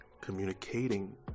communicating